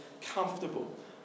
comfortable